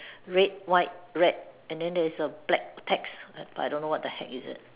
red white red and then there's a black text but I don't know what's the heck is it